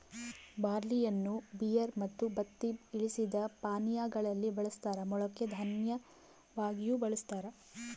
ಬಾರ್ಲಿಯನ್ನು ಬಿಯರ್ ಮತ್ತು ಬತ್ತಿ ಇಳಿಸಿದ ಪಾನೀಯಾ ಗಳಲ್ಲಿ ಬಳಸ್ತಾರ ಮೊಳಕೆ ದನ್ಯವಾಗಿಯೂ ಬಳಸ್ತಾರ